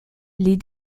les